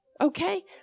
Okay